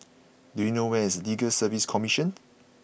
do you know where is Legal Service Commission